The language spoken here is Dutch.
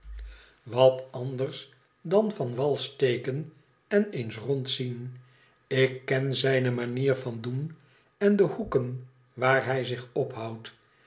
iwat anders dan van wal steken en eens rondzien ik ken zijne manier van doen en de hoeken waar hij zich ophoudt